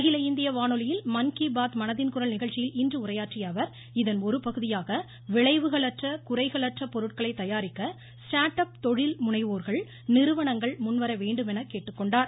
அகில இந்திய வானொலியில் மன்கிபாத் மனதின் குரல் நிகழ்ச்சியில் இன்று உரையாற்றிய அவர் இதன் ஒருபகுதியாக விளைவுகளற்ற குறைகளற்ற பொருட்களை தயாரிக்க ஸ்டாாட் அப் தொழில் முனைவோர்கள் நிறுவனங்கள் முன்வர வேண்டும் என கேட்டுக்கொண்டார்